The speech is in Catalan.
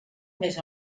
més